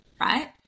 Right